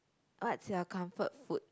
what's your comfort food